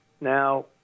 Now